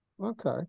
Okay